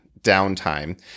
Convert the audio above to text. downtime